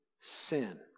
sin